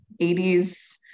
80s